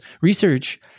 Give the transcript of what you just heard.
Research